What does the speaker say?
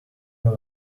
your